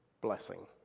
blessing